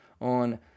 on